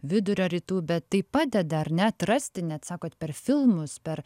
vidurio rytų bet tai padeda ar ne atrasti net sakot per filmus per